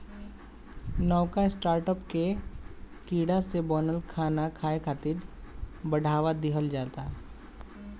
नवका स्टार्टअप में कीड़ा से बनल खाना खाए खातिर बढ़ावा दिहल जाता